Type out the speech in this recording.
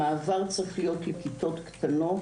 המעבר צריך להיות לכיתות קטנות